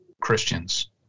Christians